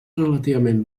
relativament